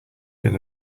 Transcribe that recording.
been